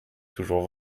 toujours